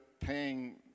paying